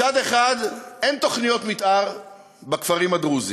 מצד אחד אין תוכניות מתאר בכפרים הדרוזיים.